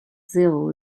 zéro